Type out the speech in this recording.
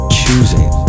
choosing